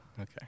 Okay